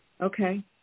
okay